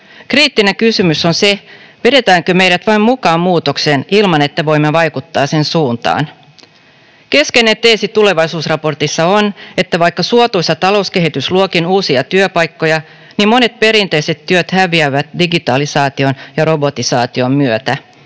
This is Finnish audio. Kriittinen kysymys on: vedetäänkö meidät vain mukaan muutokseen ilman, että voimme vaikuttaa sen suuntaan? Keskeinen teesi tulevaisuusraportissa on, että vaikka suotuisa talouskehitys luokin uusia työpaikkoja, monet perinteiset työt häviävät digitalisaation ja robotisaation myötä